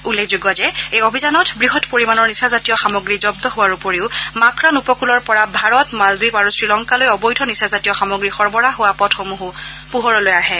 উল্লেখযোগ্য যে এই অভিযানত বৃহৎ পৰিমাণৰ নিচাজাতীয় সামগ্ৰী জন্দ হোৱাৰ উপৰিও মাক্ৰান উপকূলৰ পৰা ভাৰত মালদ্বীপ আৰু শ্ৰীলংকালৈ অবৈধ নিচাজাতীয় সামগ্ৰী সৰবৰাহ হোৱা পথসমূহো পোহৰলৈ আহে